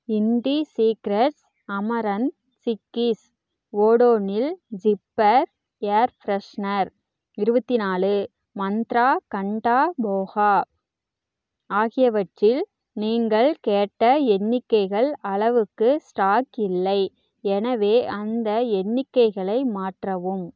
empty secrets amaranth chikkis Odonil zipper air freshener இருபத்தி நாலு மந்த்ரா கண்ட்டா போகா ஆகியவற்றில் நீங்கள் கேட்ட எண்ணிக்கைகள் அளவுக்கு ஸ்டாக் இல்லை எனவே அந்த எண்ணிக்கைகளை மாற்றவும்